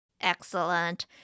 Excellent